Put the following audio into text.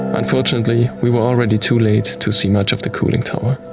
unfortunately, we were already too late to see much of the cooling tower.